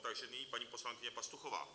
Takže nyní poslankyně Pastuchová.